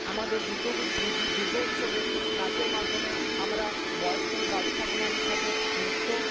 আমাদের দুর্গাপূজো দুর্গোৎসবে নাচের মাধ্যমে আমরা বয়স্ক দাদু ঠাকুমাদের সাথে নৃত্য